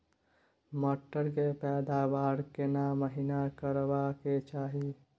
मटर के पैदावार केना महिना करबा के चाही?